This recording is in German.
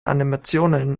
animationen